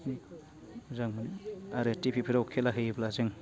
बिदि मोजां मोनो आरो टि भि फ्राव खेला होयोब्ला जों